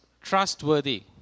trustworthy